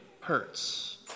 hurts